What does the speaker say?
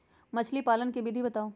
मछली पालन के विधि बताऊँ?